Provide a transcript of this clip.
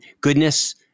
goodness